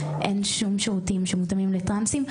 אין שום שירותים שמותאמים לטרנסים,